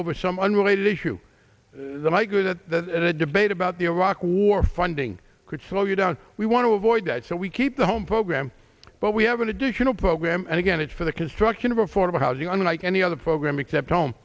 over some unrelated issue that i grew the debate about the iraq war funding could slow you down we want to avoid that so we keep the home program but we have an additional program and again it's for the construction of affordable housing and i any other program except home